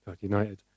United